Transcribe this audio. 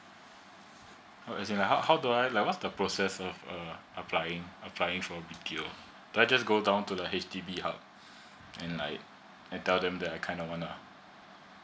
uh as in like how how do I like was the process uh uh of applying applying for B_T_O or I just go down to the H_D_B hub and I I tell them that i kind of wanna